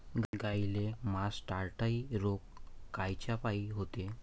गाईले मासटायटय रोग कायच्यापाई होते?